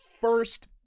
first